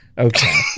Okay